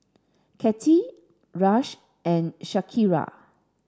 Katy Ras and Shakira